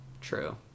True